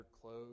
clothes